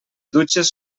dutxes